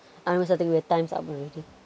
I was just thinking we're time's up already